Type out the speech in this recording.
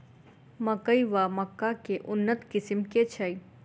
मकई वा मक्का केँ उन्नत किसिम केँ छैय?